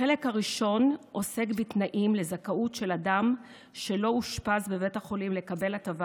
החלק הראשון עוסק בתנאים לזכאות של אדם שלא אושפז בבית החולים לקבל הטבה